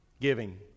Giving